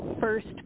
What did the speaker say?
first